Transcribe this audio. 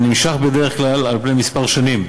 הנמשך בדרך כלל כמה שנים,